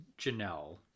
Janelle